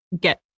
get